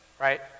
right